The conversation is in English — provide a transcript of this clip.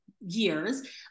years